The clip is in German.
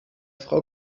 frau